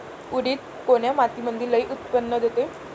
उडीद कोन्या मातीमंदी लई उत्पन्न देते?